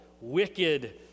wicked